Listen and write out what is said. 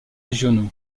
régionaux